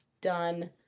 done